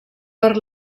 per